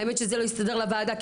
האמת שזה לא התסדר לוועדה,